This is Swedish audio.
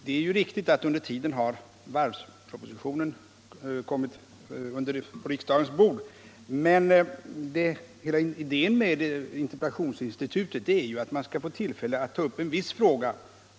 Det är riktigt att under tiden har varvspropositionen lagts på riksdagens bord, men hela idén med interpellationsinstitutet är ju att man skall få tillfälle att ta upp en viss fråga.